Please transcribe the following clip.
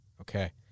Okay